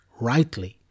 rightly